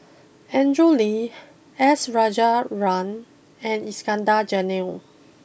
Andrew Lee S Rajendran and Iskandar Jalil